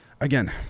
again